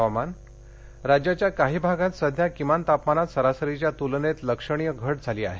हवामान राज्याच्या काही भागात सध्या किमान तापमानात सरासरीच्या तुलनेत लक्षणीय घट झाली आहे